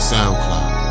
Soundcloud